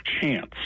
Chance